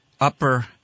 upper